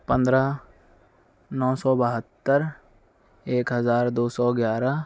پندرہ نو سو بھہتر ایک ہزار دو سو گیارہ